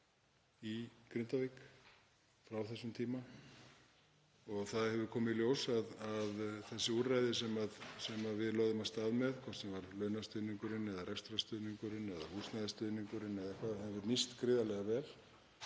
í Grindavík frá þessum tíma og það hefur komið í ljós að þessi úrræði sem við lögðum af stað með, hvort sem það er launastuðningurinn eða rekstrarstuðningurinn eða húsnæðisstuðningurinn, hafa nýst gríðarlega vel.